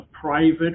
private